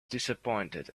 disappointed